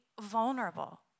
vulnerable